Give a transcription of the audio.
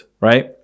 right